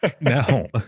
No